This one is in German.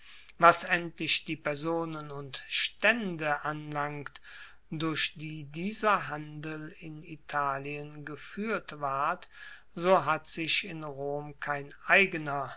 was endlich die personen und staende anlangt durch die dieser handel in italien gefuehrt ward so hat sich in rom kein eigener